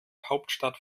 hauptstadt